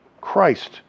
Christ